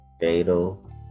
fatal